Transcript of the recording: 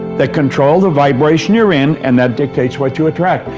that control the vibration you're in, and that dictates what you attract.